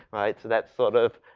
right? so, that's sort of,